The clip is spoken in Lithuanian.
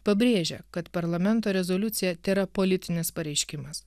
pabrėžia kad parlamento rezoliucija tėra politinis pareiškimas